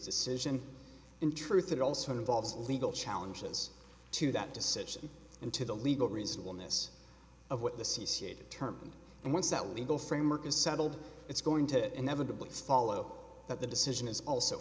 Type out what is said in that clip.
decision in truth it also involves legal challenges to that decision and to the legal reasonable miss of what the c c a determined and once that legal framework is settled it's going to inevitably follow that the decision is also